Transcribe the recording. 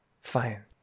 fine